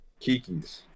Kikis